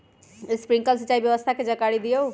Sprinkler सिंचाई व्यवस्था के जाकारी दिऔ?